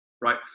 right